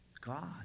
God